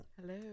Hello